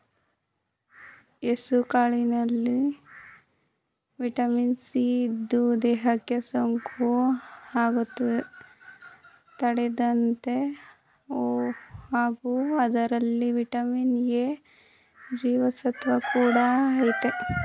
ಹೆಸುಕಾಳಿನಲ್ಲಿ vitamin C ಇದ್ದು, ದೇಹಕ್ಕೆ ಸೋಂಕು ಆಗದಂತೆ ತಡಿತದೆ ಹಾಗೂ ಇದರಲ್ಲಿ ವಿಟಮಿನ್ ಎ ಜೀವಸತ್ವ ಕೂಡ ಆಯ್ತೆ